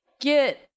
Get